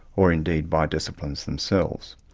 or indeed by disciplines themselves.